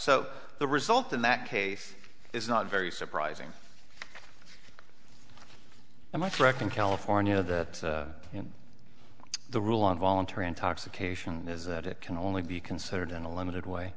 so the result in that case is not very surprising and much reckon california the the rule on voluntary intoxication is that it can only be considered in a limited way